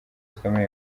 zikomeye